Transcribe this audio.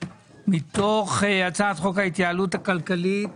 מתוך הצעת חוק ההתייעלות הכלכלית.